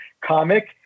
comic